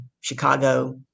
Chicago